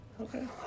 okay